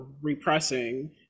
repressing